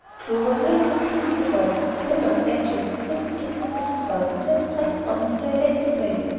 clover merely repeated the words, hamburg edging! with an accent of scorn, and went straight on in her elected way.